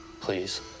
please